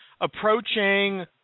approaching